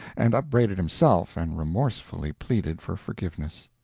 and upbraided himself and remorsefully pleaded for forgiveness.